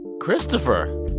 Christopher